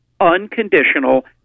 unconditional